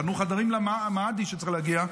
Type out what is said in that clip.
בנו חדרים למהדי שצריך להגיע,